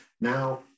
Now